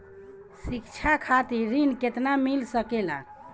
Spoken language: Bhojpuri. शिक्षा खातिर ऋण केतना मिल सकेला?